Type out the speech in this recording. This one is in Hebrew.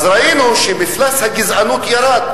ראינו שמפלס הגזענות ירד,